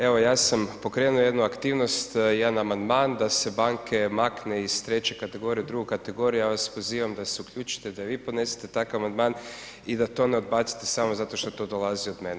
Evo, ja sam pokrenuo jednu aktivnost, jedan amandman da se banke makne iz treće kategorije u drugu kategoriju, ja vas pozivam da se uključite, da i vi podnesete takav amandman i da to ne odbacite samo zato što to dolazi od mene.